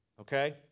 Okay